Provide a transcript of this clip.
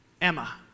Emma